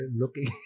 looking